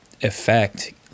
effect